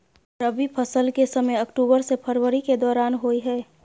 रबी फसल के समय अक्टूबर से फरवरी के दौरान होय हय